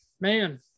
man